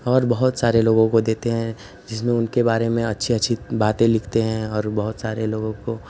और बहुत सारे लोगों को देते हैं जिसमें उनके बारे में अच्छी अच्छी बातें लिखते हैं और बहुत सारे लोगों को